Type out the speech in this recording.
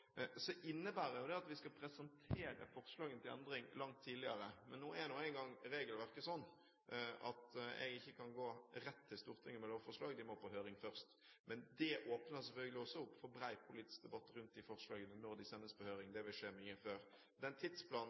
innebærer jo det at vi skal presentere forslagene til endring langt tidligere. Men nå er nå engang regelverket sånn at jeg ikke kan gå rett til Stortinget med lovforslag, de må på høring først. Men det åpner selvfølgelig også opp for bred politisk debatt rundt de forslagene, når de sendes på høring. Det vil skje mye før. Den tidsplanen